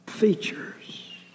Features